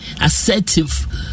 assertive